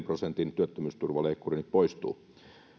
prosentin työttömyysturvaleikkuri nyt poistuu